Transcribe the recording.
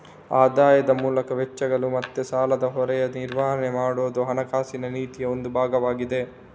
ಆದಾಯದ ಮೂಲಕ ವೆಚ್ಚಗಳು ಮತ್ತೆ ಸಾಲದ ಹೊರೆಯ ನಿರ್ವಹಣೆ ಮಾಡುದು ಹಣಕಾಸಿನ ನೀತಿಯ ಒಂದು ಭಾಗವಾಗಿದೆ